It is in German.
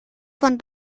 von